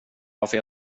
varför